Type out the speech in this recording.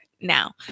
now